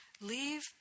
Leave